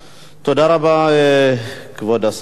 תודה רבה, כבוד השר.